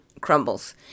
crumbles